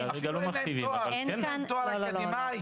אין להם תואר אקדמי,